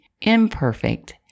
imperfect